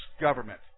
government